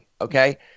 okay